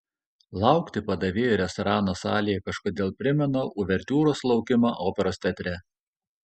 laukti padavėjo restorano salėje kažkodėl primena uvertiūros laukimą operos teatre